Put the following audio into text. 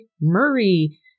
Murray